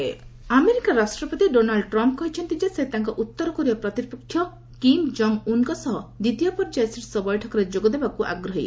US north Korea America ରାଷ୍ଟ୍ରପତି Donald Trump କହିଛନ୍ତି ଯେ ସେ ତାଙ୍କ ଉତ୍ତରକୋରିଆ ପ୍ରତିପକ୍ଷ କିମ୍ ଜଙ୍ଗ୍ ଉନ୍ଙ୍କ ସହ ଦ୍ୱିତୀୟ ପର୍ଯ୍ୟାୟ ଶୀର୍ଷ ବୈଠକରେ ଯୋଗ ଦେବାକୁ ଆଗ୍ରହୀ